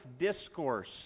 discourse